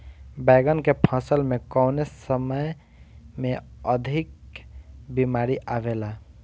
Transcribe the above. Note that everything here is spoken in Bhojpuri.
बैगन के फसल में कवने समय में अधिक बीमारी आवेला?